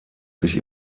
sich